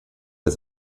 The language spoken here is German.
ist